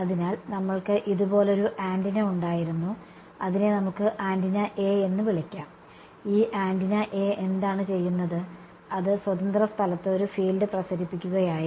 അതിനാൽ നമ്മൾക്ക് ഇതുപോലൊരു ആന്റിന ഉണ്ടായിരുന്നു അതിനെ നമുക്ക് ആന്റിന A എന്ന് വിളിക്കാം ഈ ആന്റിന A എന്താണ് ചെയ്യുന്നത് അത് സ്വതന്ത്ര സ്ഥലത്ത് ഒരു ഫീൽഡ് പ്രസരിപ്പിക്കുകയായിരുന്നു